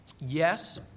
Yes